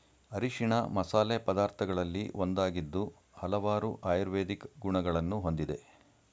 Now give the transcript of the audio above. ಅರಿಶಿಣ ಮಸಾಲೆ ಪದಾರ್ಥಗಳಲ್ಲಿ ಒಂದಾಗಿದ್ದು ಹಲವಾರು ಆಯುರ್ವೇದಿಕ್ ಗುಣಗಳನ್ನು ಹೊಂದಿದೆ